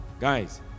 guys